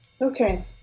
Okay